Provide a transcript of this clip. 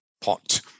pot